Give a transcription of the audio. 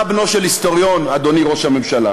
אתה בנו של היסטוריון, אדוני ראש הממשלה,